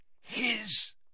his